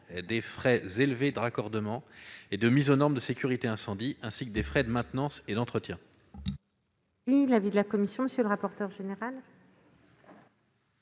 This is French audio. des frais élevés de raccordement et de mise aux normes de sécurité incendie, ainsi que des frais de maintenance et d'entretien. Quel est l'avis de la commission ? Cet amendement